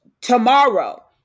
Tomorrow